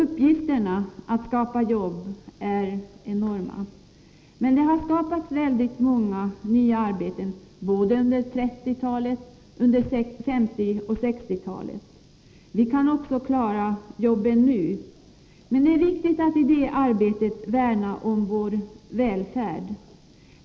Uppgiften att skapa jobb är enorm, men det har skapats väldigt många nya arbeten under både 1950 och 1960-talen. Vi kan klara det också nu. Men det är viktigt att i det arbetet värna om vår välfärd.